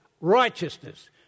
Righteousness